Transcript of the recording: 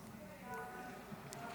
26 בעד,